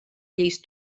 lleis